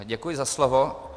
Děkuji za slovo.